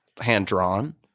hand-drawn